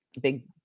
big